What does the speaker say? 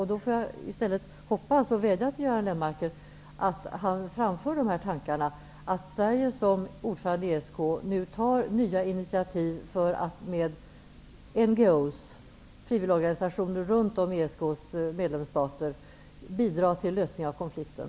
Jag får i stället hoppas på och vädja till Göran Lennmarker om att han framför tankarna att Sverige som ordförande i ESK nu tar nya initiativ för att med NGO:s, dvs. frivilligorganisationer runt om i ESK:s medlemsstater, bidra till en lösning av konflikten.